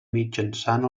mitjançant